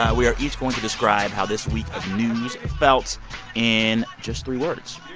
ah we are each going to describe how this week of news felt in just three words.